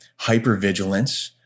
hypervigilance